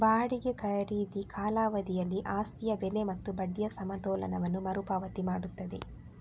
ಬಾಡಿಗೆ ಖರೀದಿ ಕಾಲಾವಧಿಯಲ್ಲಿ ಆಸ್ತಿಯ ಬೆಲೆ ಮತ್ತು ಬಡ್ಡಿಯ ಸಮತೋಲನವನ್ನು ಮರು ಪಾವತಿ ಮಾಡುತ್ತದೆ